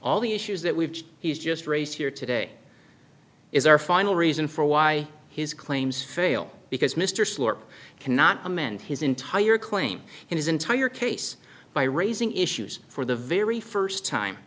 all the issues that we've he's just raised here today is our final reason for why his claims fail because mr slope cannot amend his entire claim in his entire case by raising issues for the very first time